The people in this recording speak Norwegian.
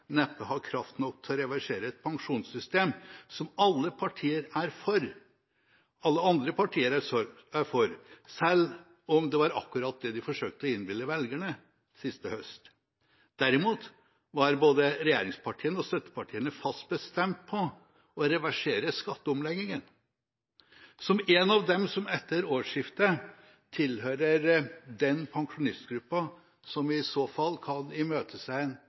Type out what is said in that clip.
neppe har kraft nok til å reversere et pensjonssystem som alle andre partier er for, selv om det var akkurat det man forsøkte å innbille velgerne sist høst. Derimot var både regjeringspartiene og støttepartiene fast bestemt på å reversere skatteomleggingen. Som en av dem som etter årsskiftet tilhører den pensjonistgruppen som i så fall kan